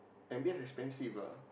M_B_S expensive lah